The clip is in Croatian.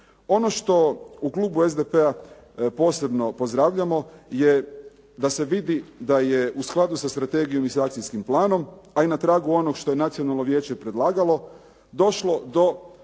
Ono što u klubu SDP-a posebno pozdravljamo je da se vidi da je u skladu sa strategijom i sa akcijskim planom a i na tragu onog što je Nacionalno vijeće predlagalo došlo do